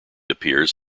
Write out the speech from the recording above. appears